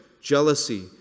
jealousy